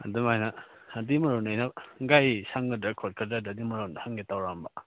ꯑꯗꯨꯃꯥꯏꯅ ꯑꯗꯨꯏ ꯃꯔꯨꯅꯤꯅ ꯒꯥꯔꯤꯁꯤ ꯁꯪꯒꯗ꯭ꯔꯥ ꯈꯣꯠꯀꯗ꯭ꯔꯥ ꯑꯗꯨꯏ ꯃꯔꯝꯗꯣ ꯍꯪꯒꯦ ꯇꯧꯔꯛꯑꯝꯕ